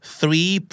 Three